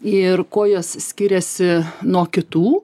ir kuo jos skiriasi nuo kitų